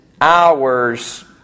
hours